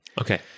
Okay